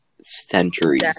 centuries